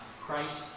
Christ